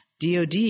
DOD